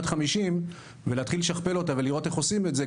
50 ולהתחיל לשכפל אותה ולראות איך עושים את זה,